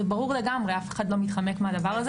זה ברור לגמרי, אף אחד לא מתחמק מהדבר הזה.